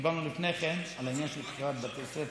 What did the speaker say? דיברנו לפני כן על העניין של בחירת בתי ספר